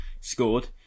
scored